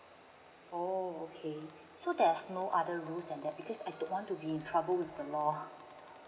oh okay so there's no other rules than that because I don't want to be in trouble with the law